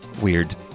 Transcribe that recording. weird